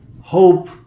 hope